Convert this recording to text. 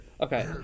okay